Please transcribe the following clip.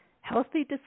healthy